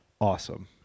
awesome